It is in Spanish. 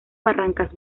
barrancas